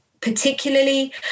particularly